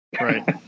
Right